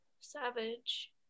Savage